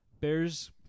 Bears